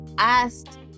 Asked